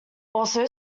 also